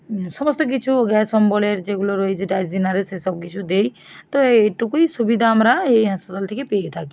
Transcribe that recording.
সমস্ত কিছু গ্যাস অম্বলের যেগুলো রয়েছে ডাইজিন আরে সেই সব কিছু দিই তো এটুকুই সুবিধা আমরা এই হাসপাতাল থেকে পেয়ে থাকি